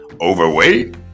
Overweight